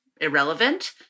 irrelevant